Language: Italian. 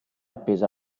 appesa